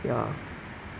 ya